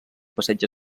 passeig